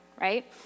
right